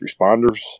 responders